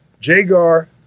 Jagar